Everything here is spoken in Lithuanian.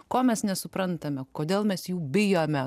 ko mes nesuprantame kodėl mes jų bijome